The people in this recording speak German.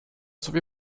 sowie